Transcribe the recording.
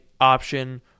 option